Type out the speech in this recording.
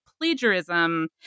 plagiarism